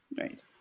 right